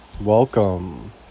Welcome